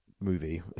movie